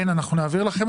כן, אנחנו נעביר לכם את זה.